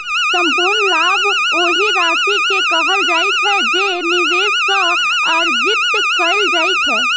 संपूर्ण लाभ ओहि राशि कें कहल जाइ छै, जे निवेश सं अर्जित कैल जाइ छै